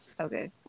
okay